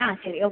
ആ ശരി ഓക്കെ